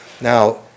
Now